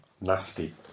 nasty